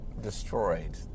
destroyed